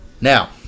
Now